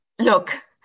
Look